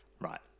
Right